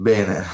Bene